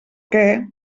què